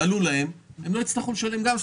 הם לא יצטרכו לשלם מס,